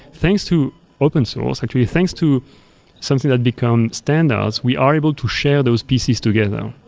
thanks to open source actually, thanks to something that become standards, we are able to share those pieces together.